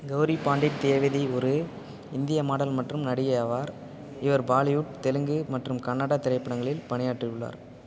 கௌரி பாண்டிட் தேவதி ஒரு இந்திய மாடல் மற்றும் நடிகை ஆவார் இவர் பாலிவுட் தெலுங்கு மற்றும் கன்னட திரைப்படங்களில் பணியாற்றியுள்ளார்